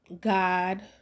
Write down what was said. God